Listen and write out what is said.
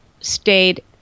stayed